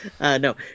No